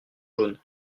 jaunes